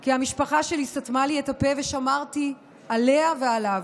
כי המשפחה שלי סתמה לי את הפה ושמרתי עליה ועליו.